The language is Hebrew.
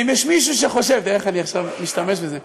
אם יש מישהו שחושב, תראה איך אני עכשיו משתמש בזה.